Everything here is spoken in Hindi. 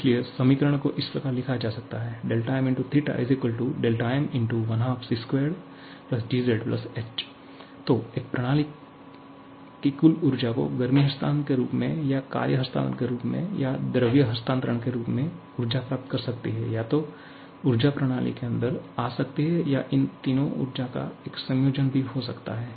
इसलिए समीकरण को इस प्रकार लिखा जा सकता है 𝛿𝑚𝜃 𝛿𝑚 12𝑐2𝑔𝑧h तो एक प्रणाली कुल ऊर्जा को गर्मी हस्तांतरण के रूप में या कार्य हस्तांतरण के रूप में या द्रव्यमान स्थानांतरण के रूप में ऊर्जा प्राप्त कर सकती है या तो ऊर्जा प्रणाली केअंदर आ सकती है या इन तीनों ऊर्जा का एक संयोजन भी हो सकता है